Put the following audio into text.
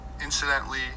Incidentally